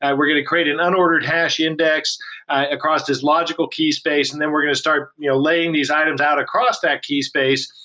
we're going to create an unordered hash index across this logical key space and then we're going to start laying these items out across that key space.